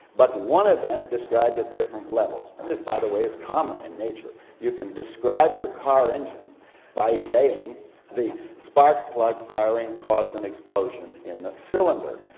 but one event described at different levels. and this by the way is common in nature. you can describe your car engine and by saying the spark plug firing caused an explosion in the cylinder.